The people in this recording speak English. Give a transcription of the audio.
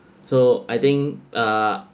so I think uh